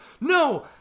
No